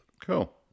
Cool